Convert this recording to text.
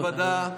כנסת נכבדה,